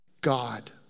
God